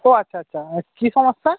ও আচ্ছা আচ্ছা কী সমস্যা